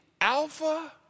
alpha